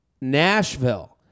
Nashville